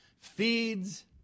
feeds